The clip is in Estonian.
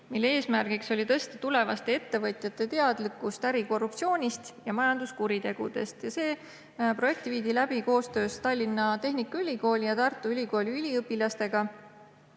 mille eesmärk oli tõsta tulevaste ettevõtjate teadlikkust ärikorruptsioonist ja majanduskuritegudest. See projekt viidi läbi koostöös Tallinna Tehnikaülikooli ja Tartu Ülikooli üliõpilastega.